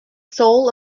soul